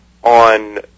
on